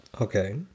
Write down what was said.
Okay